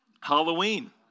Halloween